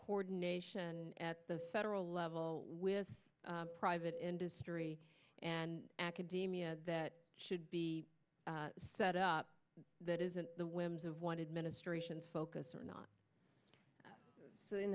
coordination at the federal level with private industry and academia that should be set up that isn't the whims of wanted ministrations focus or not so in